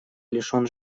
лишен